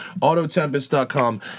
Autotempest.com